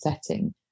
setting